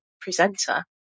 presenter